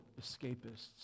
escapists